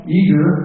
eager